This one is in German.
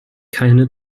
keine